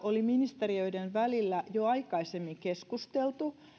oli ministeriöiden välillä jo aikaisemmin keskusteltu